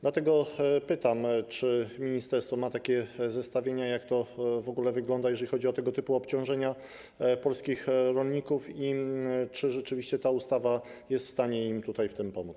Dlatego pytam, czy ministerstwo ma takie zestawienia dotyczące tego, jak to w ogóle wygląda, jeżeli chodzi o tego typu obciążenia polskich rolników, i czy rzeczywiście ta ustawa jest w stanie im w tym pomóc.